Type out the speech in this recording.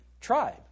tribe